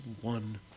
one